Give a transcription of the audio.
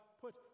put